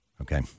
Okay